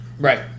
Right